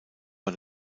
war